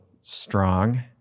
strong